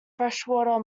freshwater